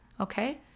okay